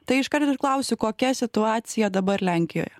tai iškart ir klausiu kokia situacija dabar lenkijoje